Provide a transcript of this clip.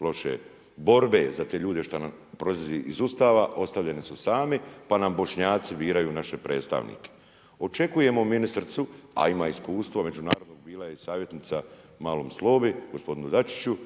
loše borbe za te ljude što nam proizlazi iz Ustava, ostavljeni su sami pa nam Bošnjaci biraju naše predstavnike. Očekujemo ministricu a ima iskustvo međunarodno, bila je i savjetnica malom Slobi, gospodinu Dačiću